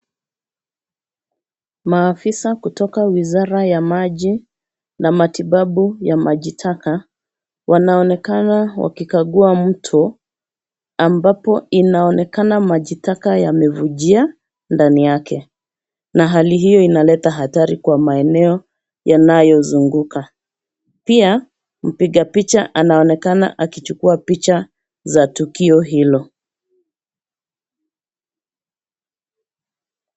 Maafisa kutoka wizara ya maji na matibabu ya majitaka wanaonekana wakikagua mto ambapo inaonekana majitaka yamevujia ndani yake na hali hiyo inaleta hatari kwa maeneo yanayozunguka. Pia, mpiga picha anaonekana akichukua picha za tukio hilo.